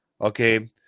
Okay